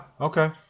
okay